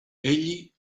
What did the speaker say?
egli